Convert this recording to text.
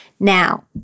Now